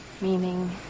Meaning